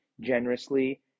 generously